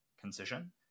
concision